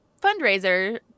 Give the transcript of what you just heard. fundraiser